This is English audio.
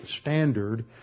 standard